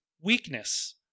weakness